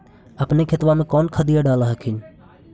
अपने खेतबा मे कौन खदिया डाल हखिन?